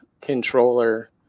controller